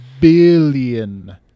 billion